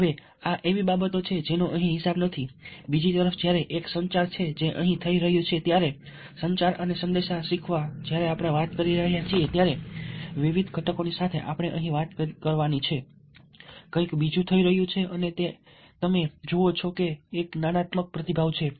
હવે આ એવી બાબતો છે જેનો અહીં હિસાબ નથી બીજી તરફ જ્યારે એક સંચાર છે જે અહીં થઈ રહ્યું છે ત્યારે સંચાર અને સંદેશા શીખવા જ્યારે આપણે વાત કરી રહ્યા છીએ ત્યારે વિવિધ ઘટકોની સાથે સાથે આપણે અહીં વાત કરી રહ્યા છીએ કંઈક બીજું થઈ રહ્યું છે અને તે તમે જુઓ છો કે એક જ્ઞાનાત્મક પ્રતિભાવ છે